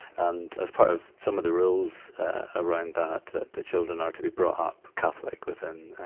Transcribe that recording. and, as part of some of the rules around that, that the children are to be brought up catholic within,